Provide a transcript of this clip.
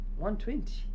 120